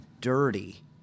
dirty